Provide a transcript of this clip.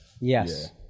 Yes